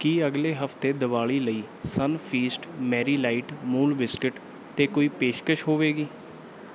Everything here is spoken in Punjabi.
ਕੀ ਅਗਲੇ ਹਫਤੇ ਦੀਵਾਲੀ ਲਈ Sunfeast Marie light Amul biscuit 'ਤੇ ਕੋਈ ਪੇਸ਼ਕਸ਼ ਹੋਵੇਗੀ